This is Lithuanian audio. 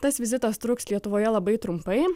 tas vizitas truks lietuvoje labai trumpai